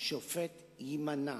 "שופט יימנע